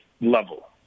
level